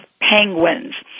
Penguins